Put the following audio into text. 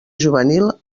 juvenil